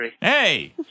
Hey